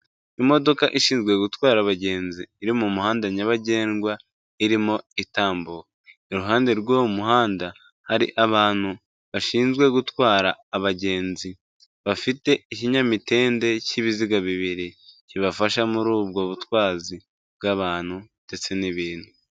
Imodoka ishinzwe gutwara abagenzi iri mu muhanda nyabagendwa irimo itambuka, iruhande rw'uwo muhanda, hari abantu bashinzwe gutwara abagenzi bafite ikinyamitende cy'ibiziga bibiri, kibafasha muri ubwo butwazi bw'abantu ndetse n'ibintu.